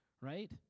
right